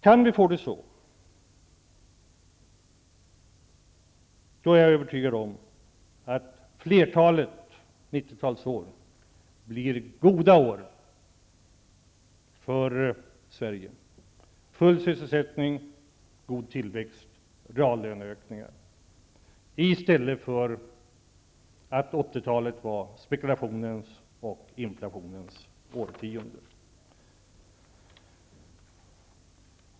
Kan vi få det så, är jag övertygad om att flertalet av 90-talets år blir goda år för Sverige med full sysselsättning, god tillväxt och reallöneökningar i stället för 80-talets spekulationer och inflation.